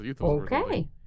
okay